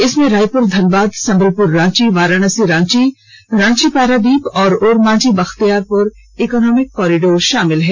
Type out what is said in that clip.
इसमें रायपुर धनबाद संबलपुर रांची वाराणसी रांची रांची पारादीप और Ormanjhi Bakhtiyarpur economic corridor शामिल है